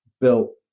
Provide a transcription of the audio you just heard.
built